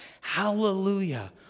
Hallelujah